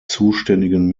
zuständigen